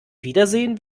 wiedersehen